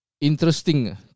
interesting